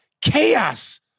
chaos